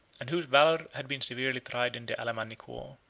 and whose valor had been severely tried in the alemannic war.